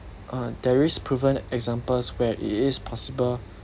uh there is proven examples where it is possible